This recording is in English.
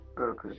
Okay